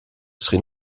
sri